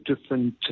different